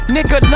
Nigga